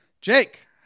Jake